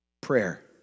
Prayer